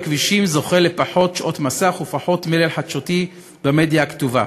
הקטל בכבישים זוכה לפחות שעות מסך ולפחות מלל חדשותי במדיה הכתובה.